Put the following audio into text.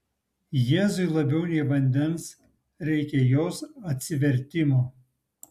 jėzui labiau nei vandens reikia jos atsivertimo